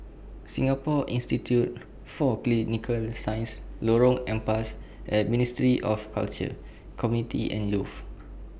Singapore Institute For Clinical Sciences Lorong Ampas and Ministry of Culture Community and Youth